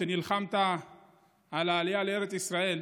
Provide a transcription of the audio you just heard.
נלחמת על העלייה לארץ ישראל,